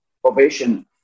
probation